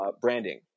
branding